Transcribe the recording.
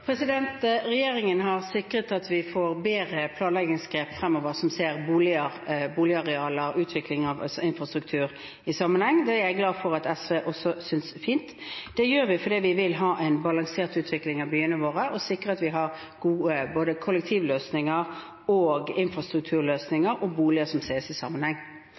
Regjeringen har sikret at vi får bedre planleggingsgrep fremover som ser boligarealer og utvikling av infrastruktur i sammenheng. Det er jeg glad for at SV også synes er fint. Det gjør vi fordi vi vil ha en balansert utvikling av byene våre og sikre at vi har gode løsninger for både kollektivtrafikk, infrastruktur og boliger, som ses i sammenheng.